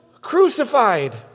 crucified